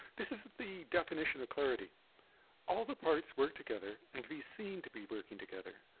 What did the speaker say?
this is the definition of clarity all the parts work together and can be seen to be working together.